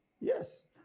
Yes